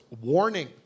warning